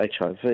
HIV